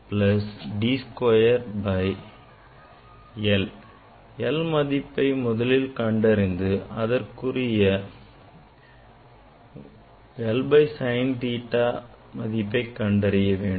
l மதிப்பை முதலில் கண்டறிந்து அதற்குரிய 1 by sine theta மதிப்பை கண்டறிய வேண்டும்